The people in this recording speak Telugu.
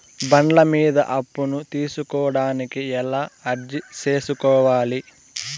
బండ్ల మీద అప్పును తీసుకోడానికి ఎలా అర్జీ సేసుకోవాలి?